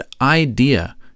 idea